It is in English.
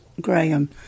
Graham